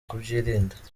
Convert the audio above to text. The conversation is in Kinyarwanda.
kubyirinda